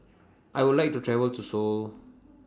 I Would like to travel to Seoul